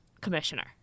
commissioner